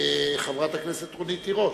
חברת הכנסת רונית תירוש,